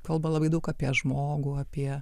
kalba labai daug apie žmogų apie